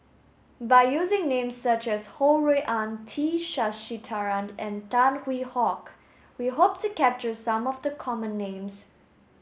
by using names such as Ho Rui An T Sasitharan and Tan Hwee Hock we hope to capture some of the common names